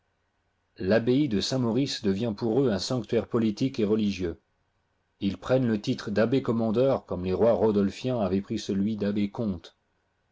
l'abbaye de saint-maurice devient pour eux un sanctuaire politique et religieux ils prennent le titre dabbés commandeurs comme les rois rodolphiens avaient pris celui dabbés comtes